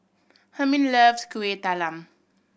Hermine loves Kueh Talam